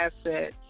asset